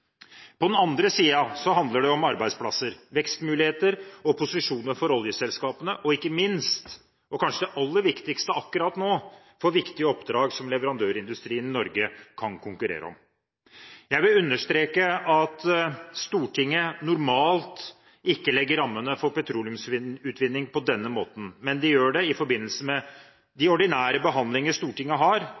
På den andre siden handler det om arbeidsplasser, vekstmuligheter, posisjoner for oljeselskapene og ikke minst – og kanskje det aller viktigste akkurat nå – om viktige oppdrag som leverandørindustrien i Norge kan konkurrere om. Jeg vil understreke at Stortinget normalt ikke legger rammene for petroleumsutvinning på denne måten. Det gjøres i forbindelse med de ordinære behandlinger Stortinget har